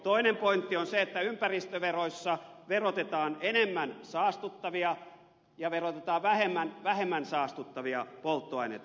toinen pointti on se että ympäristöveroissa verotetaan enemmän saastuttavia ja verotetaan vähemmän vähemmän saastuttavia polttoaineita